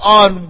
on